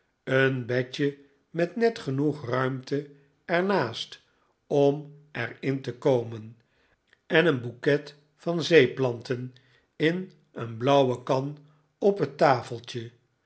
een bedje met net genoeg ruimte er naast om er in te komen en een bouquet van zeeplanten in een blauwe kan op het tafeltje